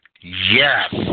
Yes